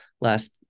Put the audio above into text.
last